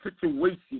situation